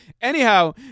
Anyhow